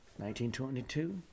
1922